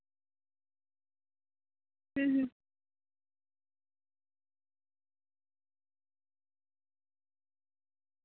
ᱦᱩᱸ ᱦᱩᱸ